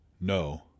No